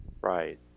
Right